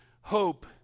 hope